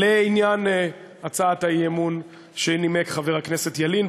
לעניין הצעת האי-אמון שנימק חבר הכנסת ילין,